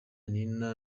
nina